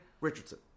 Richardson